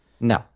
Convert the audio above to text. No